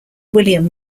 william